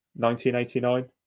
1989